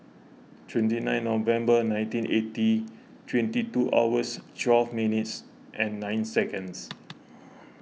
twenty nine November nineteen eighty twenty two hours twelve minutes and nine seconds